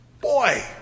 boy